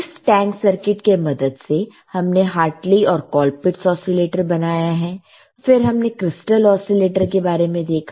इस tank circuit के मदद से हमने हार्टले और कॉलपीटस ओसीलेटर बनाया है फिर हमने क्रिस्टल ओसीलेटर के बारे में देखा